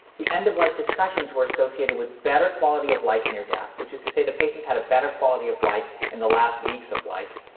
the end of life discussions were associated with better quality of life near death, which is to say the patients had a better quality of life in the last weeks of life.